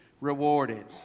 rewarded